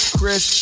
Chris